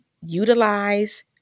utilize